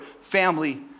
family